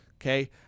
Okay